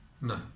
No